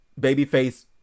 Babyface